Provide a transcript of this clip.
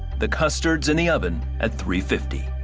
the custard's in the oven at three fifty.